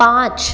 पाँच